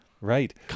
right